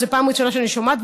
שזו פעם ראשונה שאני שומעת,